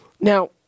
Now